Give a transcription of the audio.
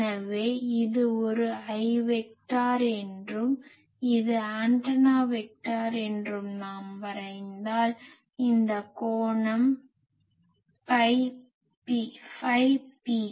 எனவே இது ஒரு i வெக்டார் என்றும் இது ஆண்டனா வெக்டார் என்றும் நாம் வரைந்தால் இந்த கோணம் ஃபை p